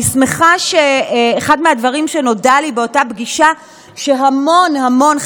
אני שמחה שאחד מהדברים שנודע לי באותה פגישה זה שהמון המון,